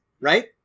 right